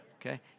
Okay